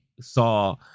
saw